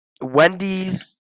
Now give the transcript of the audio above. Wendy's